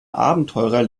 abenteurer